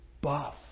buff